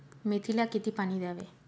मेथीला किती पाणी द्यावे?